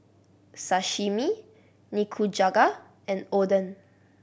Sashimi Nikujaga and Oden